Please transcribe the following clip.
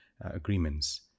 agreements